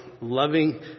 loving